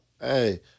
Hey